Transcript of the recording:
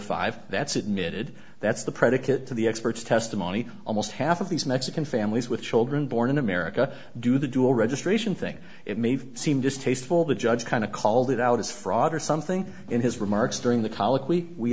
five that's admitted that's the predicate to the experts testimony almost half of these mexican families with children born in america do the dual registration thing it may seem distasteful the judge kind of called it out as fraud or something in his remarks during the